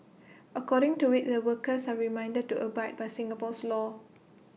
according to IT the workers are reminded to abide by Singapore's laws